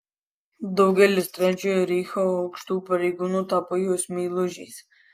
daugelis trečiojo reicho aukštų pareigūnų tapo jos meilužiais